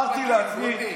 אמרתי לעצמי,